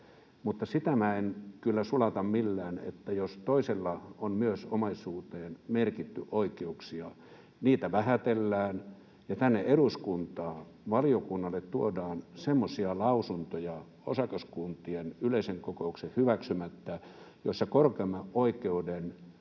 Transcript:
mutta sitä minä en kyllä sulata millään, että jos toisilla on myös omaisuuteen merkitty oikeuksia, niin niitä vähätellään ja tänne eduskuntaan valiokunnalle tuodaan semmoisia lausuntoja osakaskuntien yleisen kokouksen hyväksymättä, joissa korkeimman oikeuden